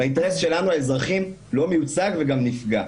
באינטרס שלנו, האזרחים, לא מיוצג וגם נפגע.